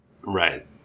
Right